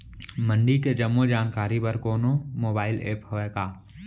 मंडी के जम्मो जानकारी बर कोनो मोबाइल ऐप्प हवय का?